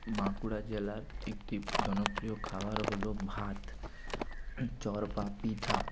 বাঁকুড়া জেলার একটি জনপ্রিয় খাবার হলো ভাত চর বা পিঠা